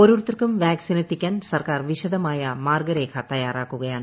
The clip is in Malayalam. ഔരോരുത്തതർക്കും വാക്സിൻ എത്തിക്കാൻ സർക്കാർ വിശദമായ മാർഗ്ഗരേഖ തയ്യാറാക്കുകയാണ്